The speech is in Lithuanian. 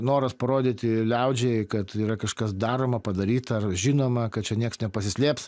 noras parodyti liaudžiai kad yra kažkas daroma padaryta ar žinoma kad čia nieks nepasislėps